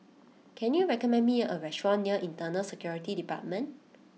can you recommend me a restaurant near Internal Security Department